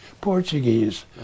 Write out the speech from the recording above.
Portuguese